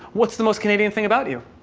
what's the most canadian thing about you?